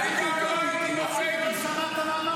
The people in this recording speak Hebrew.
-- ואני גם לא הייתי נורבגי -- לא שמעת מה אמרתי?